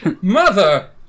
Mother